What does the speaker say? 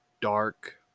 dark